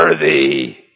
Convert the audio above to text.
worthy